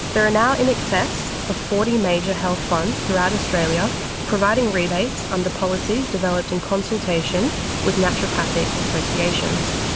there are now in excess of forty major health funds throughout australia providing rebates under policies developed in consultation with naturopathic associations.